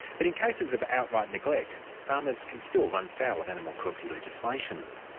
but in cases of outright neglect, farmers can still run foul of animal cruelty legislation.